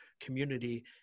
community